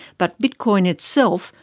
but bitcoin itself,